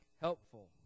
helpful